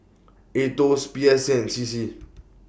Aetos P S A and C C